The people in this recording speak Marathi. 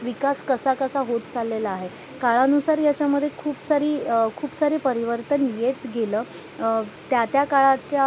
विकास कसाकसा होत चाललेला आहे काळानुसार याच्यामध्ये खूप सारी खूप सारे परिवर्तन येत गेलं त्या त्या काळाच्या